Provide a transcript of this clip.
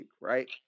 right